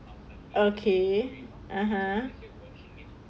okay (uh huh)